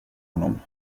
honom